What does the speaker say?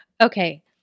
Okay